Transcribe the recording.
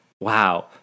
wow